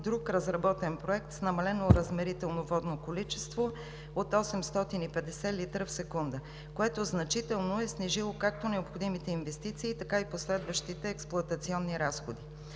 има разработен друг проект с намалено оразмерителното водно количество от 850 литра в секунда, което значително е снижило както необходимите инвестиции, така и последващите експлоатационни разходи.